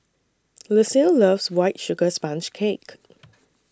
Lucille loves White Sugar Sponge Cake